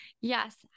yes